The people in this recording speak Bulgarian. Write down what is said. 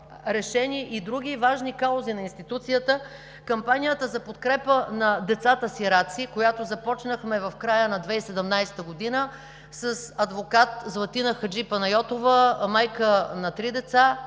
решени и други важни каузи на институцията. Кампанията за подкрепа на децата сираци, която започнахме в края на 2017 г. с адвокат Златина Хаджипанайотова – майка на три деца